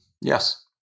Yes